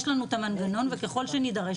יש לנו את המנגנון וככל שנידרש,